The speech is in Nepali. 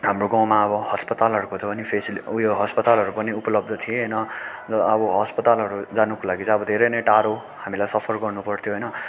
हाम्रो गाँउमा अब अस्पतालहरूको त्यो पनि फेसि उयो अस्पतालहरू पनि उपलब्ध थिएन र अब अस्पतालहरू जानुको लागि चाहिँ अब धेरै नै टाढो हामीलाई सफर गर्नु पर्थ्यो होइन